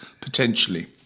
potentially